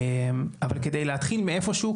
אבל כדי להתחיל מאיפשהו,